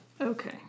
Okay